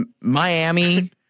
Miami